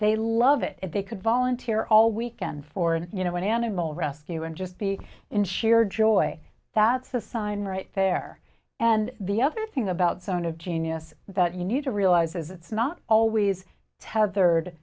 they love it if they could volunteer all weekend for an you know an animal rescue and just be in sheer joy that's the sign right there and the other thing about sound of genius that you need to realize is it's not always